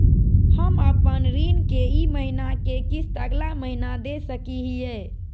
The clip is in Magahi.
हम अपन ऋण के ई महीना के किस्त अगला महीना दे सकी हियई?